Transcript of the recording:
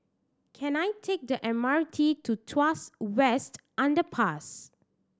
can I take the M R T to Tuas West Underpass